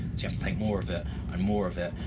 you have to take more of it, and more of it,